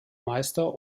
meister